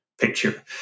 picture